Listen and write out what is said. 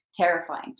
terrifying